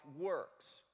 works